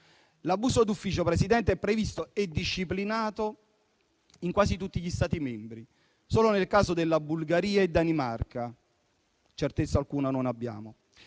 L'abuso d'ufficio, Presidente, è previsto e disciplinato in quasi tutti gli Stati membri. Solo nel caso della Bulgaria e della Danimarca certezza alcuna non abbiamo.